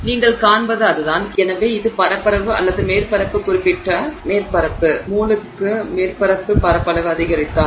நீங்கள் காண்பது அதுதான் எனவே இது பரப்பளவு அல்லது மேற்பரப்பு குறிப்பிட்ட மேற்பரப்பு மோலுக்கு மேற்பரப்பு பரப்பளவு அதிகரித்தால்